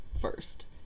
first